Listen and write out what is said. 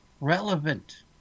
relevant